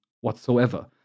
whatsoever